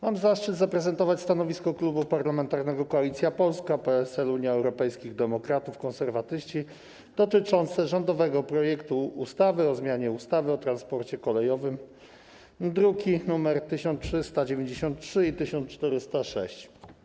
Mam zaszczyt zaprezentować stanowisko Klubu Parlamentarnego Koalicja Polska - PSL, Unia Europejskich Demokratów, Konserwatyści dotyczące rządowego projektu ustawy o zmianie ustawy o transporcie kolejowym, druki nr 1393 i 1406.